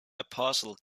apostle